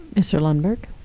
mr. lundberg.